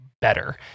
better